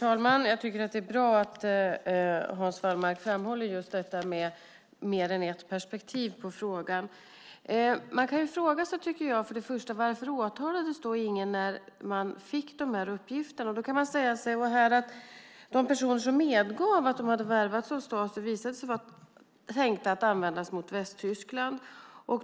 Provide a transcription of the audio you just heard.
Fru talman! Det är bra att Hans Wallmark framhåller att det finns mer än ett perspektiv på frågan. Varför åtalades ingen när uppgifterna kom fram? De personer som medgav att de hade värvats av Stasi visade sig vara tänkta att användas mot Västtyskland.